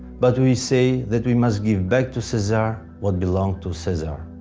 but we say that we must give back to caesar what belongs to caesar